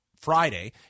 friday